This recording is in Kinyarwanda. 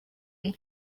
umwe